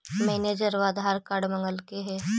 मैनेजरवा आधार कार्ड मगलके हे?